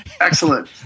Excellent